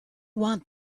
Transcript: want